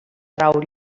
trau